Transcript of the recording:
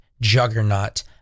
juggernaut